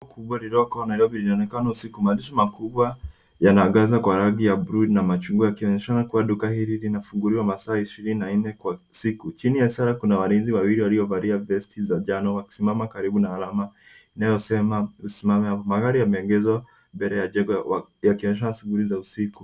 ...kubwa lililoko Nairobi linaonekana usiku. Maandishi makubwa yanaangaza kwa rangi ya bluu na machungwa yakionyeshana kuwa duka hili linafunguliwa masaa ishirini na nne kwa siku. Chini ya ishara kuna walinzi wawili waliovalia vesti za njano wakisimama karibu na alama inayosema "usisimame hapo". Magari yameegeshwa mbele ya jengo yakionyesha shughuli za usiku.